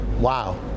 Wow